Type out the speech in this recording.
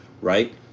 right